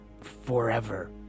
forever